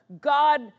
God